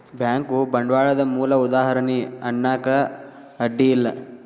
bank ಬಂಡ್ವಾಳದ್ ಮೂಲ ಉದಾಹಾರಣಿ ಅನ್ನಾಕ ಅಡ್ಡಿ ಇಲ್ಲಾ